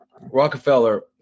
Rockefeller